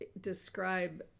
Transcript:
describe